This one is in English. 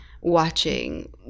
Watching